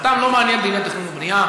אותם לא מעניינים דיני תכנון ובנייה.